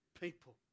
people